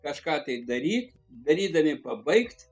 kažką tai daryt darydami pabaig